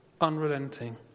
unrelenting